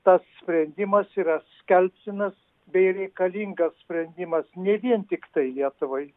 tas sprendimas yra skelbtinas bei reikalingas sprendimas ne vien tiktai lietuvai